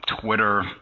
Twitter